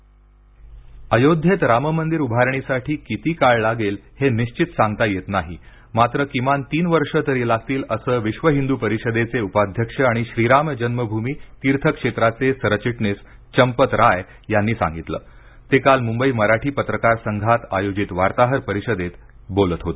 राममंदिर अयोध्येत राम मंदिर उभारणीसाठी किती काळ लागेल हे निश्चित सांगता येत नाही मात्र किमान तीन वर्षे तरी लागतील असे विश्व हिंदू परिषदेचे उपाध्यक्ष आणि श्रीराम जन्मभूमी तीर्थक्षेत्राचे सरचिटणीस चंपतराय यांनी सांगितलं ते काल मुंबई मराठी पत्रकार संघात आयोजित वार्ताहर परिषदेत बोलत होते